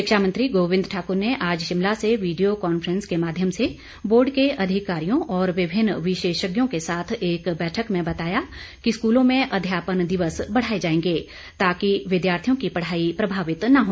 शिक्षा मंत्री गोविंद ठाकुर ने आज शिमला से वीडियो कांफ्रेंस के माध्यम से बोर्ड के अधिकारियों और विभिन्न विशेषज्ञों के साथ एक बैठक में बताया कि स्कूलों में अध्यापन दिवस बढ़ाए जाएंगे ताकि विद्यार्थियों की पढ़ाई प्रभावित न हो